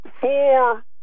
Four